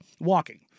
walking